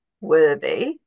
worthy